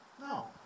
No